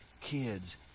kids